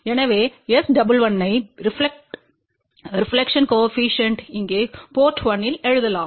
எனவே S11ஐ ரெப்லக்டெட்ப்பாககோஏபிசிஎன்ட் இங்கே போர்ட் 1 இல் எழுதலாம்